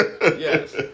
Yes